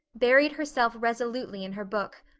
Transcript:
buried herself resolutely in her book.